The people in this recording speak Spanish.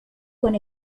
con